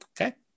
Okay